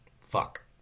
fuck